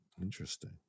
Interesting